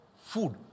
food